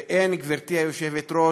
ואין, גברתי היושבת-ראש,